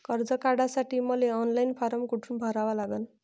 कर्ज काढासाठी मले ऑनलाईन फारम कोठून भरावा लागन?